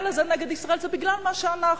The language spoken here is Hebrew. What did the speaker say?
הגל הזה נגד ישראל זה בגלל מה שאנחנו.